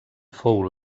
fou